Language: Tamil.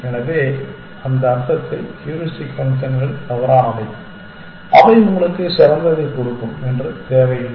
எனவே அந்த அர்த்தத்தில் ஹூரிஸ்டிக் ஃபங்க்ஷன்கள் தவறானவை அவை உங்களுக்கு சிறந்ததைக் கொடுக்கும் என்று தேவையில்லை